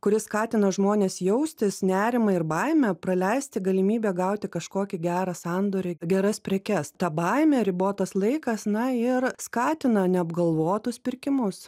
kuris skatina žmones jaustis nerimą ir baimę praleisti galimybę gauti kažkokį gerą sandorį geras prekes ta baimė ribotas laikas na ir skatina neapgalvotus pirkimus